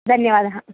भन्यवादः